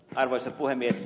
arvoisa puhemies